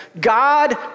God